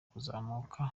kuzamuka